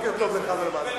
ולצופים.